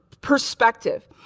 perspective